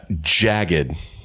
Jagged